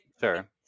Sure